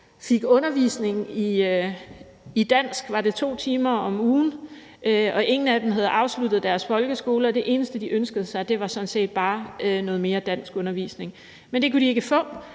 fik undervisning i dansk – var det 2 timer om ugen? – og ingen af dem havde afsluttet deres folkeskole, og det eneste, de ønskede sig, var sådan set bare noget mere danskundervisning. Men det kunne de ikke få,